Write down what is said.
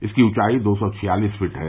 इसकी ऊंचाई दो सौ छियालिस फीट है